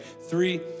Three